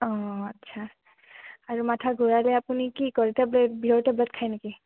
অঁ আচ্ছা আৰু মাথা ঘূৰালে আপুনি কি কৰে টেবলেট বিষৰ টেবলেট খায় নেকি